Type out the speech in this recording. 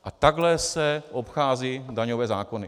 A takhle se obcházejí daňové zákony.